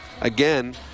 again